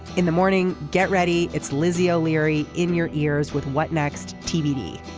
in the morning. get ready. it's lizzie o'leary in your ears with what next tv.